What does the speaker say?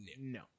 No